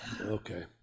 Okay